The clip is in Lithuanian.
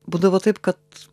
būdavo taip kad